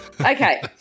Okay